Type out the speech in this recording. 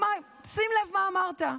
שים לב מה אמרת,